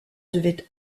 devaient